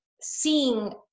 seeing